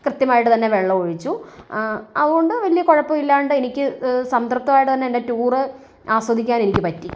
കൃത്യമായിട്ട് തന്നെ വെള്ളം ഒഴിച്ചു അതുകൊണ്ട് വലിയ കുഴപ്പം ഇല്ലാണ്ട് എനിക്ക് സംതൃപ്തമായിട്ട് തന്നെ എൻ്റെ ടൂറ് ആസ്വദിക്കാൻ എനിക്ക് പറ്റി